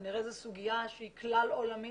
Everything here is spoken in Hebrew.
כנראה זו סוגיה שהיא כלל עולמית.